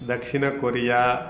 दक्षिण कोरिया